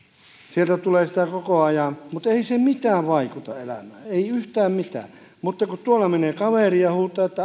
sieltä tulee sitä koko ajan mutta ei se mitään vaikuta elämään ei yhtään mitään mutta kun tuolla menee kaveri ja huutaa että allahu akbar